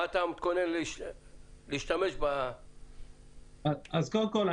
איך אתה מתוכנן להשתמש ב --- אז קודם כל,